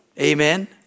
Amen